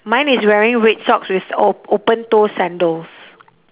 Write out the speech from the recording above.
mine is wearing red socks with o~ open toe sandals